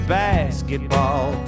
basketball